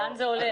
לאן זה הולך.